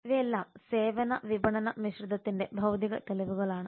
ഇവയെല്ലാം സേവന വിപണന മിശ്രിതത്തിന്റെ ഭൌതിക തെളിവുകളാണ്